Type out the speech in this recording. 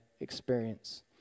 experience